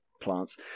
plants